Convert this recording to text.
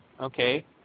okay